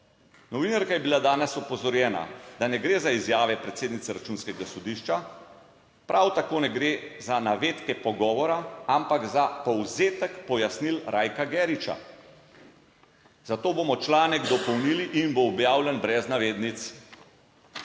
Novinarka je bila danes opozorjena, da ne gre za izjave predsednice Računskega sodišča, prav tako ne gre za navedke pogovora, ampak za povzetek pojasnil Rajka Geriča. Zato bomo članek dopolnili in bo objavljen brez navednic.